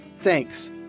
Thanks